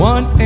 One